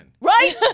Right